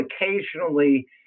occasionally